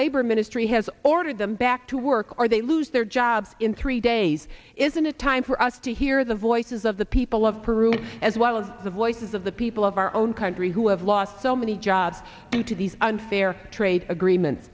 labor ministry has ordered them back to work or they lose their jobs in three days isn't a time for us to he hear the voices of the people of peru as well as the voices of the people of our own country who have lost so many jobs and to these unfair trade agreements